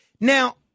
Now